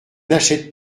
n’achètent